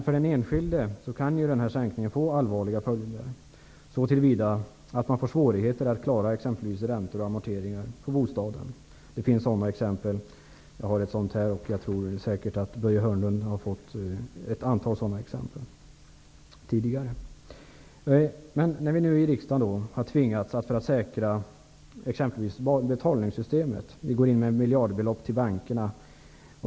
För den enskilde kan sänkningen av ersättningen få allvarliga följder så till vida att man kan få svårigheter att klara t.ex. räntor och amorteringar på bostaden. Det finns sådana exempel, och jag har ett sådant med mig här. Jag tror säkert att Börje Hörnlund också har fått ett antal sådana exempel tidigare. Vi i riksdagen har tvingats fatta beslut för att säkra betalningssystemet. Miljardbelopp ges till bankerna.